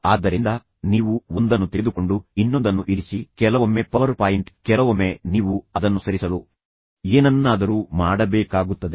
ಆದ್ದರಿಂದ ನೀವು ಒಂದನ್ನು ತೆಗೆದುಕೊಂಡು ಇನ್ನೊಂದನ್ನು ಇರಿಸಿ ಕೆಲವೊಮ್ಮೆ ಪವರ್ ಪಾಯಿಂಟ್ ಕೆಲವೊಮ್ಮೆ ನೀವು ಅದನ್ನು ಸರಿಸಲು ಏನನ್ನಾದರೂ ಮಾಡಬೇಕಾಗುತ್ತದೆ